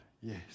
Yes